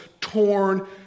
torn